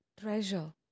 treasure